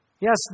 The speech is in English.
Yes